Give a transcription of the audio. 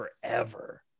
forever